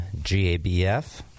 GABF